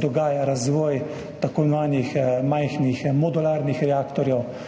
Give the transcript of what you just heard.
dogaja razvoj tako imenovanih majhnih, modularnih reaktorjev.